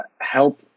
help